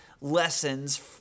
lessons